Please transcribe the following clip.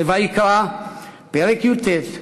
בוויקרא פרק י"ט,